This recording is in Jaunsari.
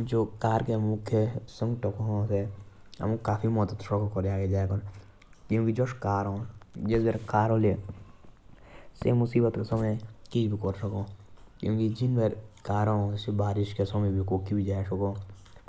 जो कार के मुख्य उपयोग हा। क्योंकि जेस भर कार हाले से मुसीबत के समय किच भी कर सका छै